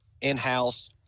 in-house